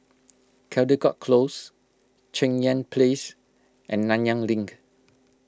Caldecott Close Cheng Yan Place and Nanyang Link